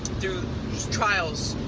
thru trials,